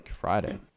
friday